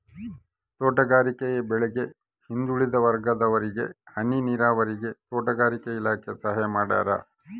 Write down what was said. ತೋಟಗಾರಿಕೆ ಬೆಳೆಗೆ ಹಿಂದುಳಿದ ವರ್ಗದವರಿಗೆ ಹನಿ ನೀರಾವರಿಗೆ ತೋಟಗಾರಿಕೆ ಇಲಾಖೆ ಸಹಾಯ ಮಾಡ್ಯಾರ